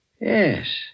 Yes